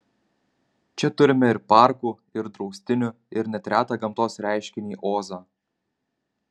čia turime ir parkų ir draustinių ir net retą gamtos reiškinį ozą